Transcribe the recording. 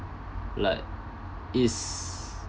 like is